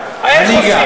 רציני.